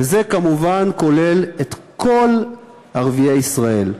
וזה כמובן כולל את כל ערביי ישראל.